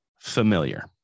familiar